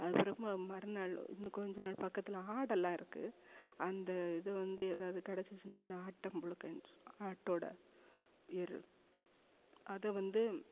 அது திரும்ப மறுநாள் இன்னும் கொஞ்ச நாள் பக்கத்தில் ஆடெல்லாம் இருக்குது அந்த இது வந்து ஏதாது கிடச்சிச்சுன்னா அந்த ஆட்டாம்புழுக்கைன்னு சொல் ஆட்டோடய எரு அதை வந்து